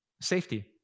Safety